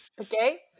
Okay